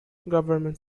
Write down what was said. government